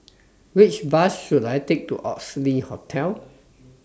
Which Bus should I Take to Oxley Hotel